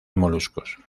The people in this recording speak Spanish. moluscos